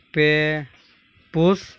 ᱯᱮ ᱯᱳᱥ